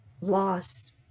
loss